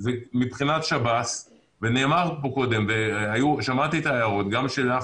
מבחינת שב"ס שמעתי את ההערות גם שלך,